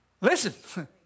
Listen